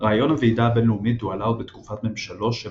רעיון הוועידה הבינלאומית הועלה עוד בתקופת ממשלו של